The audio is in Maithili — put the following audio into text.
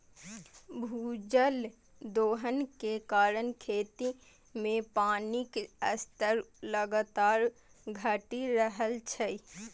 भूजल दोहन के कारण खेत मे पानिक स्तर लगातार घटि रहल छै